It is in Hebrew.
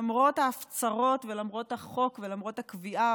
למרות ההפצרות ולמרות החוק ולמרות הקביעה